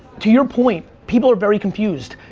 to your point, people are very confused.